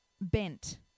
Bent